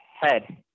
head